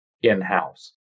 in-house